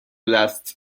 lasts